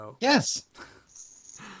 Yes